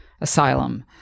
asylum